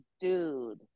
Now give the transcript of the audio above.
dude